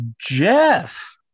Jeff